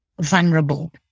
vulnerable